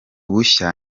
bushya